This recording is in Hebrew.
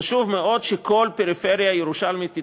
חשוב מאוד שכל פריפריה ירושלמית תתפתח,